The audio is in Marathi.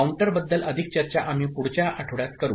काउंटरबद्दल अधिक चर्चा आम्ही पुढच्या आठवड्यात करू